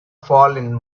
fallen